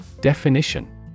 Definition